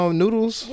noodles